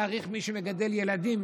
להעריך מי שמגדל ילדים,